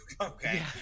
Okay